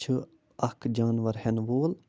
چھِ اَکھ جانوَر ہٮ۪نہٕ وول